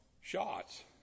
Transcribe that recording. shots